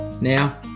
now